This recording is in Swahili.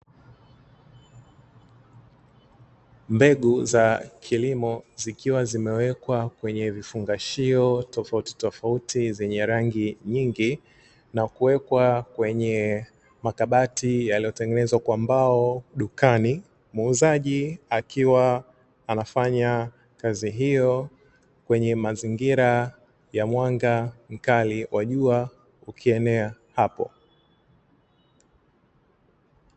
Mbegú za kilimo zikiwa zimewekwa kwenye vifungashio tofauti tofauti zenye rangi nyingi na kuwekwa kwenye makabati yaliyotengenezwa kwa mbao dukani. Muuzaaji akiwa anafanya kazi hiyo kwenye mazingira ya mwanga mkali wa jua ukienea hapo.